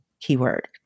keyword